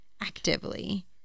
actively